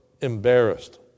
embarrassed